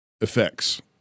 Effects